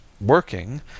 working